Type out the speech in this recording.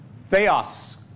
Theos